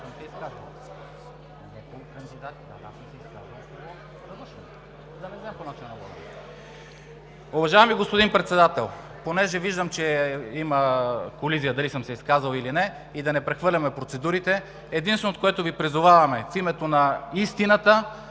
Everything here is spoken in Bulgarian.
Уважаеми господин Председател, понеже виждам, че има колизия дали съм се изказал или не и да не прехвърляме процедурите, единственото, за което Ви призовавам, е в името на истината,